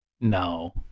No